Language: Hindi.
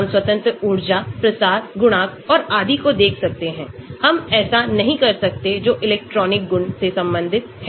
हम स्वतंत्र ऊर्जा प्रसार गुणांक और आदि को देख सकते हैं हम ऐसा नहीं कर सकते जो इलेक्ट्रॉनिक गुण से संबंधित हैं